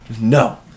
No